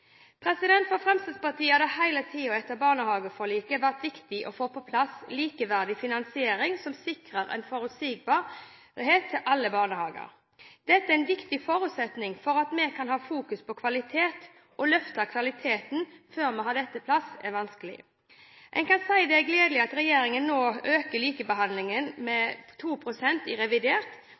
For Fremskrittspartiet har det hele tiden etter barnehageforliket vært viktig å få på plass likeverdig finansiering som sikrer en forutsigbarhet til alle barnehager. Dette er en viktig forutsetning for at vi kan ha fokus på kvalitet. Å løfte kvaliteten før vi har dette på plass, er vanskelig. En kan si det er gledelig at regjeringen nå øker likebehandlingen med 2 pst. i revidert